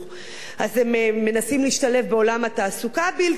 אז הם מנסים להשתלב בעולם התעסוקה הבלתי-אפשרי.